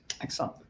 excellent